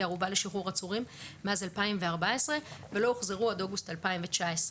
כערובה לשחרור עצורים מאז 2014 ולא הוחזרו עד אוגוסט 2019,